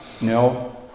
No